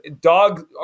dog